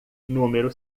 número